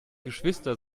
geschwister